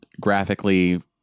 graphically